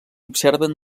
observen